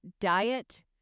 diet